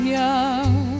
young